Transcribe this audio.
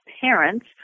parents